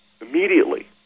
Immediately